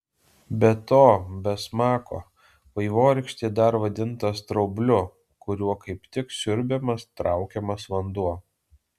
be to be smako vaivorykštė dar vadinta straubliu kuriuo kaip tik siurbiamas traukiamas vanduo